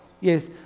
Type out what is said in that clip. Yes